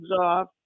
off